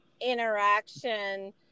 interaction